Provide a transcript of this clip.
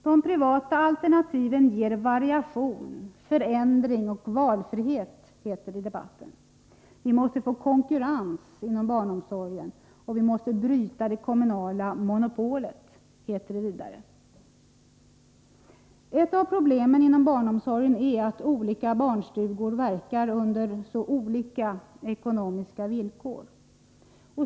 De privata alternativen ger variation, förändring och valfrihet, heter det i debatten. Vi måste få konkurrens inom barnomsorgen, och vi måste bryta det kommunala monopolet, heter det vidare. Ett av problemen inom barnomsorgen är att olika barnstugor verkar under så olika ekonomiska villkor.